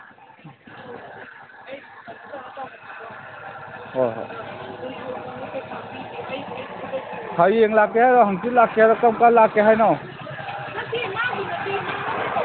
ꯍꯣꯏ ꯍꯣꯏ ꯍꯌꯦꯡ ꯂꯥꯛꯀꯦ ꯍꯥꯏꯔꯣ ꯍꯥꯡꯆꯤꯠ ꯂꯥꯛꯀꯦ ꯍꯥꯏꯔꯣ ꯀꯔꯝ ꯀꯥꯟ ꯂꯥꯛꯀꯦ ꯍꯥꯏꯅꯣ